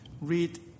Read